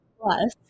plus